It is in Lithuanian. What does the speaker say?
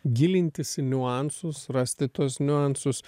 gilintis į niuansus rasti tuos niuansus